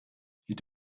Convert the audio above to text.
you